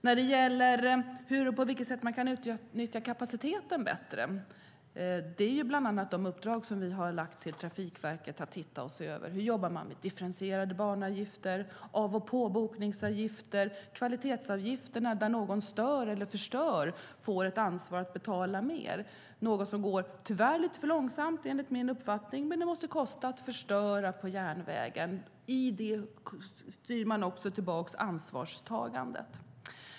När det gäller hur och på vilket sätt man kan utnyttja kapaciteten bättre är det bland annat de uppdrag vi har gett Trafikverket att se över - hur man jobbar med differentierade banavgifter, av och påbokningsavgifter och kvalitetsavgifter där någon som stör eller förstör får ett ansvar att betala mer. Det är något som tyvärr går lite för långsamt, enligt min uppfattning; det måste kosta att förstöra på järnvägen. I det styr man också tillbaka ansvarstagandet.